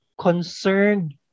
Concerned